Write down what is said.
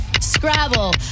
Scrabble